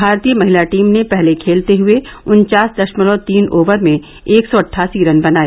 भारतीय महिला टीम ने पहले खेलते हुये उन्चास दशमलव तीन ओवर में एक सौ अट्ठासी रन बनाए